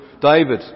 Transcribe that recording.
David